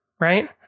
Right